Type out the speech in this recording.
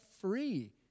free